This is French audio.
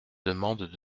demandes